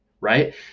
right